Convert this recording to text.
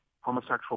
homosexual